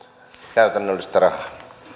käytännöllistä rahaa